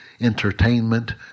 entertainment